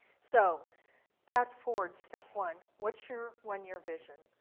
so path forward, step one. what's your one year vision?